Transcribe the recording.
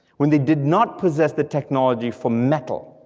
when they did not possess the technology for metal,